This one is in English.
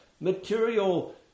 material